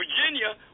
Virginia